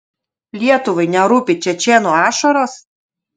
lietuvai nerūpi čečėnų ašaros